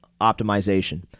optimization